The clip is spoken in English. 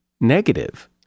negative